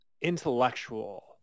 intellectual